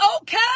okay